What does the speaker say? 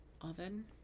oven